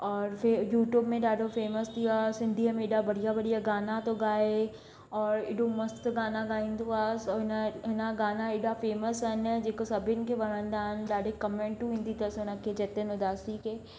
और फिर यूट्यूब में ॾाढो फेमस थी वियो आहे सिंधीअ में ॾाढा बढ़िया बढ़िया गाना थो ॻाइ और एॾो मस्तु गाना ॻाईंदो आहे सो हिन जा हिन जा गाना हेॾा फेमस आहिनि जेको सभिनि खे वणंदा आहिनि ॾाढे कमैंटू ईंदी अथसि हुन खे जतिन उदासी खे